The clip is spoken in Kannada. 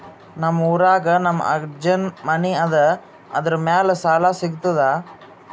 ನಮ್ ಊರಾಗ ನಮ್ ಅಜ್ಜನ್ ಮನಿ ಅದ, ಅದರ ಮ್ಯಾಲ ಸಾಲಾ ಸಿಗ್ತದ?